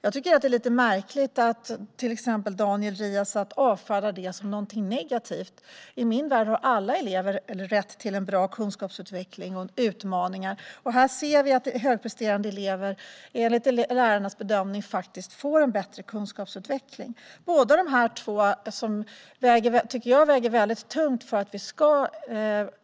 Jag tycker att det är lite märkligt att till exempel Daniel Riazat avfärdar det som någonting negativt. I min värld har alla elever rätt till en bra kunskapsutveckling och utmaningar, och här ser vi att högpresterande elever, enligt lärarnas bedömning, faktiskt får en bättre kunskapsutveckling. Båda dessa två resultat tycker jag väger väldigt tungt för att vi ska